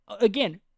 Again